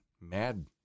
mad